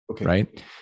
Right